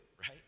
right